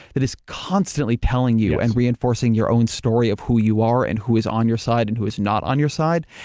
it is constantly telling you and reinforcing your own story of who you are and who is on your side and who is not on your side,